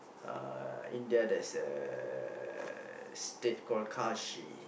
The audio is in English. uh India there's a state called Kashi